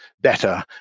better